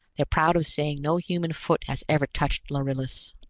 they're proud of saying no human foot has ever touched lharillis.